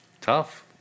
Tough